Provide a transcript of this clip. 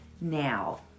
now